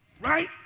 right